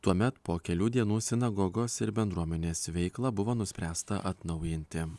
tuomet po kelių dienų sinagogos ir bendruomenės veiklą buvo nuspręsta atnaujinti